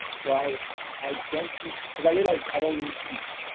so i i don't eat cause i realized i don't need to eat.